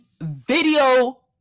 video